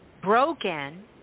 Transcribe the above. broken